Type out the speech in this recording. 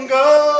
go